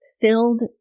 filled